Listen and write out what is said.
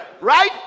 Right